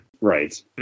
Right